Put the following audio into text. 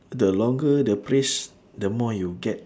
the longer the phrase the more you get